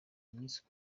miss